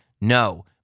No